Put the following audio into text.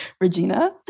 Regina